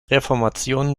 reformation